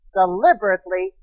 deliberately